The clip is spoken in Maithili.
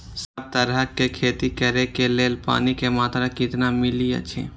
सब तरहक के खेती करे के लेल पानी के मात्रा कितना मिली अछि?